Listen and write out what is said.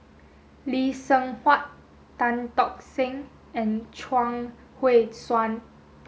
Lee Seng Huat Tan Tock Seng and Chuang Hui Tsuan